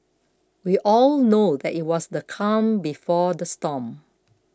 we all know that it was the calm before the storm